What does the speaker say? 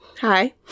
hi